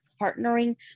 partnering